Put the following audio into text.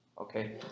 Okay